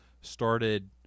started